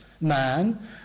man